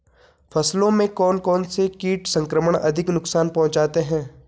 फसलों में कौन कौन से कीट संक्रमण अधिक नुकसान पहुंचाते हैं?